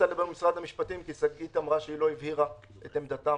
ממשרד המשפטים רצתה לדבר כי שגית אמרה שהיא לא הבהירה את עמדתם.